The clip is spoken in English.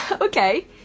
Okay